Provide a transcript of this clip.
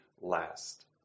last